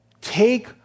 take